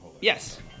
yes